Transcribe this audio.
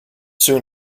soon